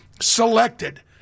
selected